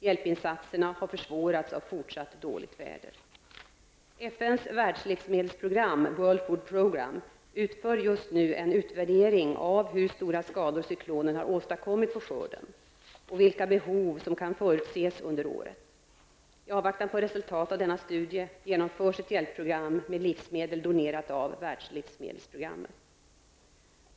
Hjälpinsatserna har försvårats av fortsatt dåligt väder. Food Programme, utför just nu en utvärdering av hur stora skador cyklonen har åstadkommit på skörden, och vilka behov som kan förutses under året. I avvaktan på resultatet av denna studie genomförs ett hjälpprogram med livsmedel donerat av Världslivsmedelsprogrammet.